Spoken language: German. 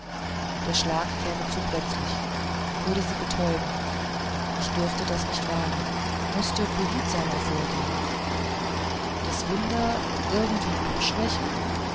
der schlag käme zu plötzlich würde sie betäuben ich durfte das nicht wagen mußte behutsamer vorgehen das wunder irgendwie abschwächen